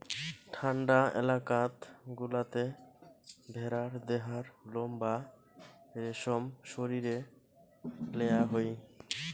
ঠান্ডা এলাকাত গুলাতে ভেড়ার দেহার লোম বা রেশম সরিয়ে লেয়া হই